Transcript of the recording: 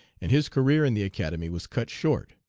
and his career in the academy was cut short.